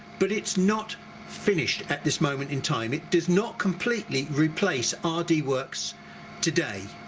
but it's not finished at this moment in time, it does not completely replace um rdworks today.